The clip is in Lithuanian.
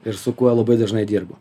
ir su kuo labai dažnai dirbu